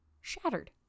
Shattered